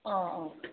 ꯑꯣ ꯑꯣ